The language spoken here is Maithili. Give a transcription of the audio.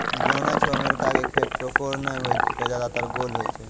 जानै छौ अमेरिका के खेत चौकोर नाय होय कॅ ज्यादातर गोल होय छै